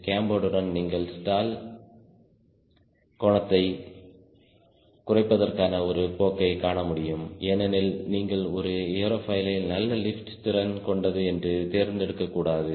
கேம்பர்டுடன் நீங்கள் ஸ்டால் கோணத்தைக் குறைப்பதற்கான ஒரு போக்கைக் காணமுடியும் ஏனெனில் நீங்கள் ஒரு ஏரோஃபைலை நல்ல லிப்ட் திறன் கொண்டது என்று தேர்ந்தெடுக்கக் கூடாது